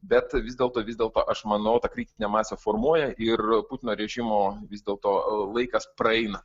bet vis dėlto vis dėlto aš manau tą kritinę masę formuoja ir putino režimo vis dėlto laikas praeina